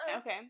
Okay